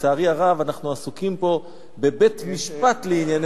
ולצערי הרב אנחנו עסוקים פה בבית-משפט לענייני